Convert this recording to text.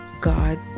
god